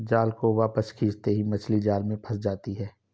जाल को वापस खींचते ही मछली जाल में फंस जाती है